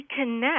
reconnect